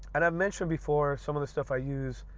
and i've mentioned before some of the stuff i use.